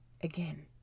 Again